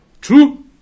True